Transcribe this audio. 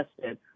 tested